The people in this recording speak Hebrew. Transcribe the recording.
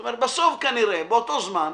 בסוף, כנראה, באותו זמן,